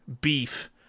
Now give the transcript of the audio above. beef